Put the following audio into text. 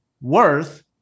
worth